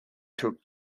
took